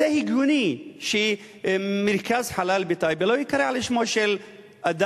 אז זה הגיוני שמרכז חלל בטייבה לא ייקרא על שמו של אדם,